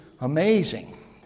amazing